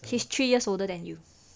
she's three years older than you